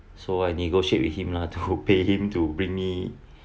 so I negotiate with him lah to pay him to bring me